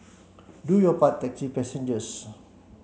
do your part taxi passengers